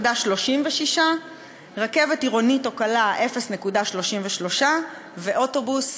0.36; רכבת עירונית או קלה, 0.33, ואוטובוס,